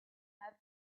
have